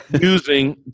Using